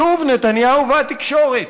שוב נתניהו והתקשורת,